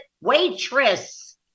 waitress